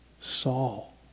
Saul